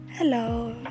Hello